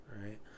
right